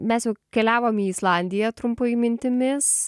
mes jau keliavom į islandiją trumpai mintimis